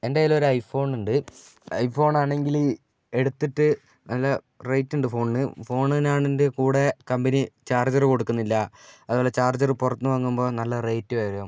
എൻ്റെ കൈയിൽ ഒരു ഐ ഫോണുണ്ട് ഐ ഫോണാണെങ്കില് എടുത്തിട്ട് നല്ല റെയിറ്റുണ്ട് ഫോണിന് ഫോണിൻ്റെ കൂടെ കമ്പനി ചാർജറ് കൊടുക്കുന്നില്ല അതുപോലെ ചാർജറ് പുറത്തു നിന്ന് വാങ്ങുമ്പോൾ നല്ല റേറ്റ് വരും